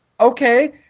Okay